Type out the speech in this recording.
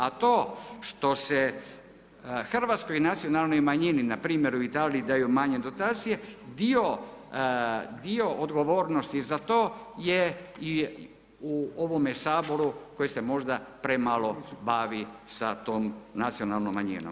A to što se Hrvatskoj nacionalnoj manjini npr. u Italiji daju manje dotacije dio odgovornosti za to je i u ovome Saboru koji se možda premalo bavi sa tom nacionalnom manjinom.